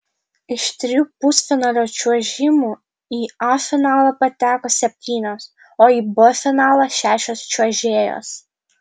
iš trijų pusfinalio čiuožimų į a finalą pateko septynios o į b finalą šešios čiuožėjos